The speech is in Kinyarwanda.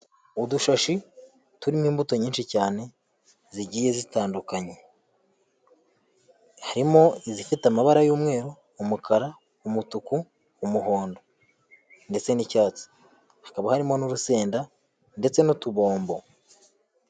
Udushashi turimo imbuto nyinshi cyane, zigiye zitandukanye. Harimo izifite amabara y'umweru, umukara, umutuku, umuhondo. Ndetse n'icyatsi. Hakaba harimo n'urusenda ndetse n'utubombo.